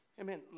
Amen